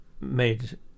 made